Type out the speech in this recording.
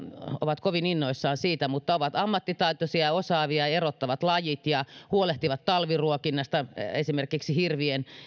ovat kovin innoissaan siitä mutta ovat ammattitaitoisia ja osaavia erottavat lajit ja huolehtivat talviruokinnasta esimerkiksi hirvien